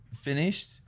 finished